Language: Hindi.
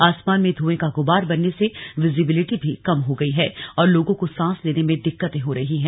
आसमान में धुए का गुबार बनने से विजिबिलिटी कम हो गई है और लोगों को सांस लेने में भी दिक्कत हो रही है